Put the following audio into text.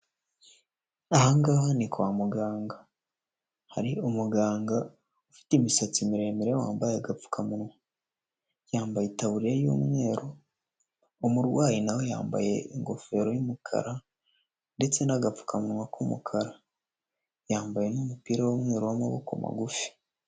Aha ngaha ni kwa muganga, hari umuganga ufite imisatsi miremire wambaye agapfukamunwa, yambaye itaburiya y'umweru, umurwayi na we yambaye ingofero y'umukara ndetse n'agapfukamuwa k'umukara, yambaye n'umupira w'umweru w'amaboko magufi.